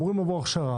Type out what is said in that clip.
אמורים לעבור הכשרה,